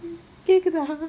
கேட்குதா:ketkudhaa